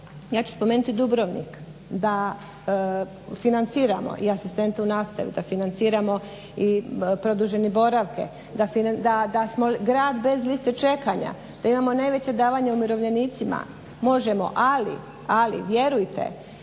ja ću spomenuti Dubrovnik, da financiramo i asistente u nastavi, da financiramo i produžene boravke, da smo grad bez liste čekanja, da imamo najveća davanja umirovljenicima. Možemo, ali vjerujte